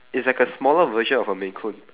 it's like a smaller version of a maine-coon